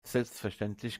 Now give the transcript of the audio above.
selbstverständlich